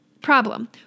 Problem